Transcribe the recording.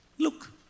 look